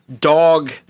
dog